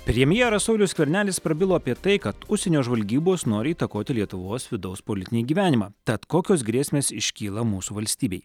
premjeras saulius skvernelis prabilo apie tai kad užsienio žvalgybos nori įtakoti lietuvos vidaus politinį gyvenimą tad kokios grėsmės iškyla mūsų valstybei